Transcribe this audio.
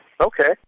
Okay